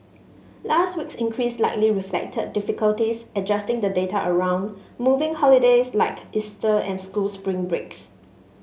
last week's increase likely reflected difficulties adjusting the data around moving holidays like Easter and school spring breaks